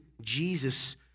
Jesus